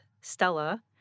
Stella